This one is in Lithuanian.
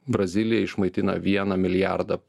brazilija išmaitina vieną milijardą